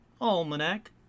Almanac